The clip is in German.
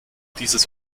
dieses